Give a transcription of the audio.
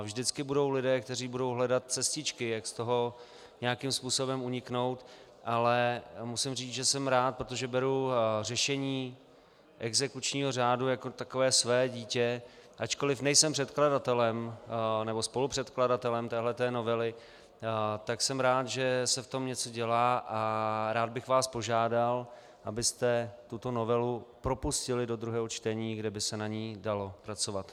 Vždycky budou lidé, kteří budou hledat cestičky, jak z toho nějakým způsobem uniknout, ale musím říci, že jsem rád, protože beru řešení exekučního řádu jako takové své dítě, ačkoliv nejsem předkladatelem nebo spolupředkladatelem této novely, tak jsem rád, že se v tom něco dělá, a rád bych vás požádal, abyste tuto novelu propustili do druhého čtení, kde by se na ní dalo pracovat.